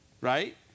right